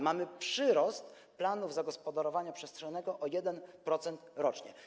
Mamy przyrost planów zagospodarowania przestrzennego o 1% rocznie.